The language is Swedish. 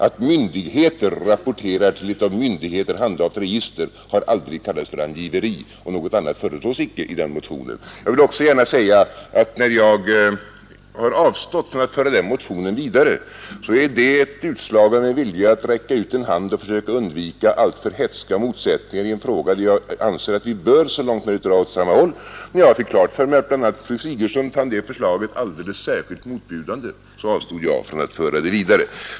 Att myndigheter rapporterar till ett av andra myndigheter handhaft register har aldrig kallats för angiveri, och något annat än sådan rapportering föreslås icke i den aktuella motionen. När jag har avstått från att föra den motionen vidare är det ett utslag av en vilja att räcka ut en hand och försöka undvika alltför hätska motsättningar i en fråga där jag anser att vi så långt möjligt bör dra åt samma håll. Då jag fick klart för mig att bl.a. fru Sigurdsen fann det förslaget alldeles särskilt motbjudande avstod jag från att föra det vidare.